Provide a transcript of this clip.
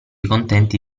contenti